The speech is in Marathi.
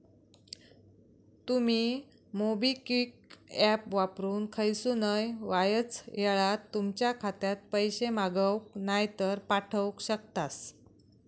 तुमी मोबिक्विक ऍप वापरून खयसूनय वायच येळात तुमच्या खात्यात पैशे मागवक नायतर पाठवक शकतास